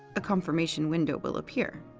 a confirmation window will appear.